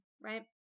right